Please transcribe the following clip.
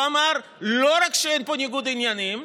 הוא אמר: לא רק שאין פה ניגוד עניינים,